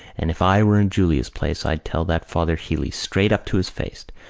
and if i were in julia's place i'd tell that father healey straight up to his face.